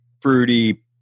fruity